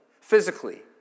physically